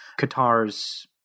Qatar's